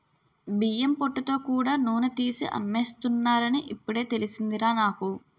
బియ్యం పొట్టుతో కూడా నూనె తీసి అమ్మేస్తున్నారని ఇప్పుడే తెలిసిందిరా నాకు